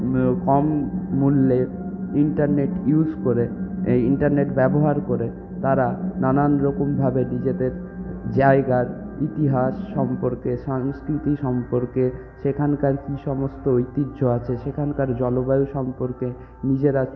কম মূল্যে internet use করে এই ইন্টারনেট ব্যবহার করে তারা নানানরকমভাবে নিজেদের জায়গার ইতিহাস সম্পর্কে সাংস্কৃতি সম্পর্কে সেখানকার কী সমস্ত ঐতিহ্য আছে সেখানকার জলবায়ু সম্পর্কে নিজেরা